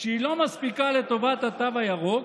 שלא מספיקה לטובת התו הירוק,